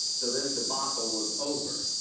until this debacle was over,